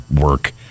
work